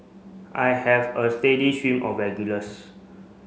I have a steady stream of regulars